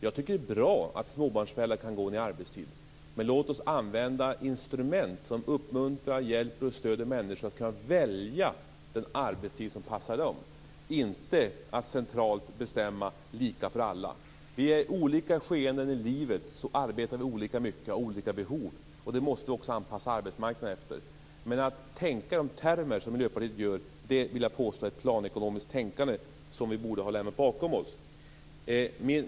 Jag tycker att det är bra att småbarnsföräldrar kan gå ned i arbetstid. Men låt oss använda instrument som uppmuntrar, hjälper och stöder människor att kunna välja den arbetstid som passar dem - inte centralt bestämma: lika för alla. Under olika skeenden i livet arbetar vi olika mycket och har olika behov, och det måste vi också anpassa arbetsmarknaden efter. Men att tänka i de termer som Miljöpartiet gör vill jag påstå är ett planekonomiskt tänkande som vi borde ha lämnat bakom oss.